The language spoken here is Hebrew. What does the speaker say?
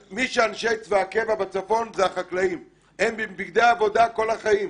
אנשי צבא הקבע בצפון אלה הם החקלאים והם בבגדי עבודה כל החיים.